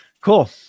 Cool